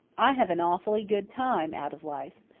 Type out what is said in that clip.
i have an awfully good time out of life,